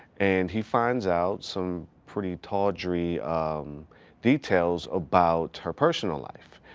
and he finds out some pretty tawdry details about her personal life.